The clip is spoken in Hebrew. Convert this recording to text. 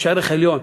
יש ערך עליון.